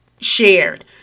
shared